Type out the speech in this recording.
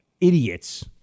idiots